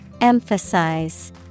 Emphasize